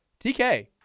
TK